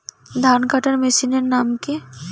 ধান কাটার মেশিনের নাম কি?